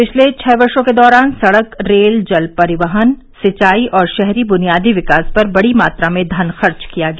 पिछले छह वर्षों के दौरान सड़क रेल जल परिवहन सिंचाई और शहरी बुनियादी विकास पर बड़ी मात्रा में धन खर्च किया गया